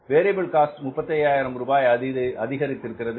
variable cost 35 ஆயிரம் அதிகரித்திருக்கிறது